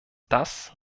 das